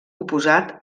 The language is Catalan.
oposat